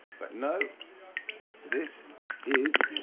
but no this is